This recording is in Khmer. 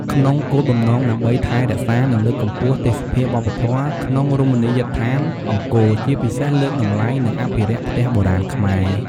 ក្នុងគោលបំណងដើម្បីថែរក្សានិងលើកកម្ពស់ទេសភាពវប្បធ៌មក្នុងរមណីយដ្ឋានអង្គរ ជាពិសេសលើកតម្លៃនិងអភិរក្សផ្ទះបុរាណខ្មែរ។